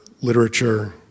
literature